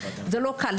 וזה לא קל.